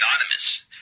Anonymous